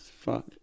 Fuck